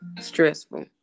stressful